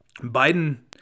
Biden